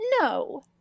No